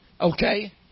Okay